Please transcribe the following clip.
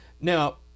Now